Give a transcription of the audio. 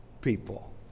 people